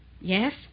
Yes